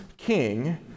king